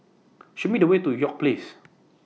Show Me The Way to York Place